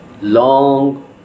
long